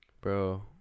Bro